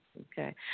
Okay